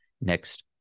next